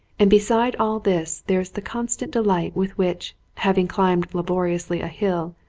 and beside all this there is the constant delight with which, having climbed laboriously a hill,